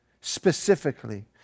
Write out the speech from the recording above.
specifically